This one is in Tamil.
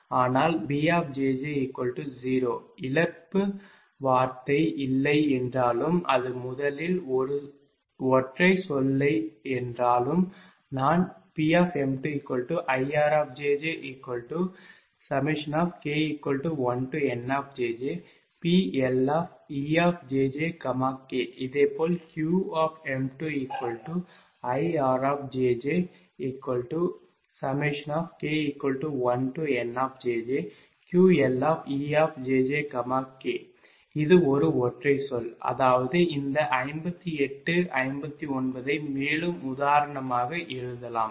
ஆனால் B 0 இழப்பு வார்த்தை இல்லை என்றாலும் அது முதலில் ஒரு ஒற்றைச் சொல் என்றாலும் நான் Pm2IRjjk1NPLejjk இதேபோல் Qm2IRjjk1NQLejjk இது ஒரு ஒற்றை சொல் அதாவது இந்த 58 59 ஐ மேலும் உதாரணமாக எழுதலாம்